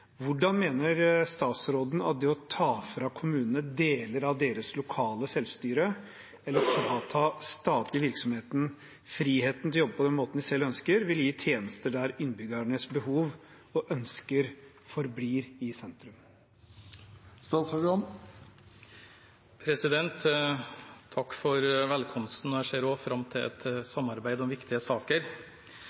Hvordan mener statsråden at det å ta fra kommunene deler av deres lokale selvstyre, eller å frata statlige virksomheter friheten til å jobbe på den måten de selv ønsker vil gi tjenester der innbyggernes behov og ønsker er i sentrum?» Takk for velkomsten. Jeg ser også fram til samarbeid om viktige saker.